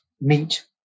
meat